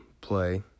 play